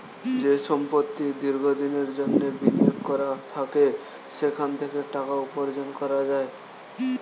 যে সম্পত্তি দীর্ঘ দিনের জন্যে বিনিয়োগ করা থাকে সেখান থেকে টাকা উপার্জন করা যায়